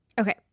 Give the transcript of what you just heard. Okay